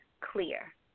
clear